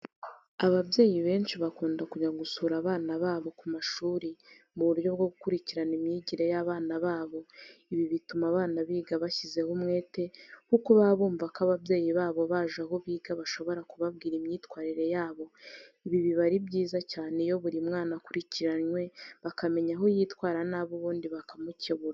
Ababyeyi benshi bakunda kujya gusura abana babo ku mashuri mu buryo bwo gukurikirana imyigire y'abana babo, ibi bituma abana biga bashyizeho umwete kuko baba bumva ko ababyeyi babo baje aho biga bashobora kubabwira imyitwarire yabo, ibi biba ari byiza cyane iyo buri mwana akurikiranwe bakamenye aho yitwara nabi ubundi bakamukebura.